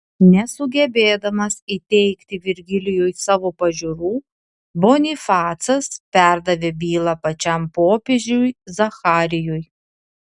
nesugebėdamas įteigti virgilijui savo pažiūrų bonifacas perdavė bylą pačiam popiežiui zacharijui